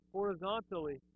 horizontally